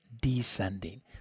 descending